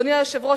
אדוני היושב-ראש,